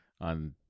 on